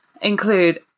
include